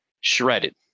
shredded